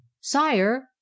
Sire